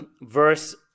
verse